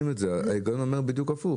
ההיגיון אומר בדיוק הפוך.